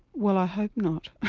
well i hope not,